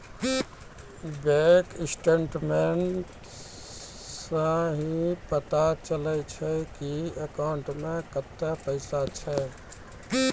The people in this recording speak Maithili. बैंक स्टेटमेंटस सं ही पता चलै छै की अकाउंटो मे कतै पैसा छै